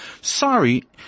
sorry